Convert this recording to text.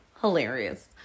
Hilarious